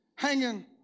hanging